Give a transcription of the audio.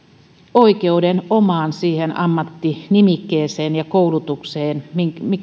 oikeuden omaan ammattinimikkeeseen ja koulutukseen minkä